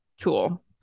cool